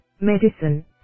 medicine